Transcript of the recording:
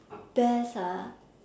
best ah